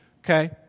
okay